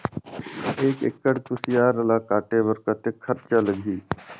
एक एकड़ कुसियार ल काटे बर कतेक खरचा लगही?